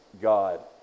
God